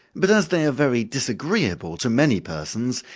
but as they are very disagreeable to many persons,